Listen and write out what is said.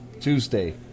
Tuesday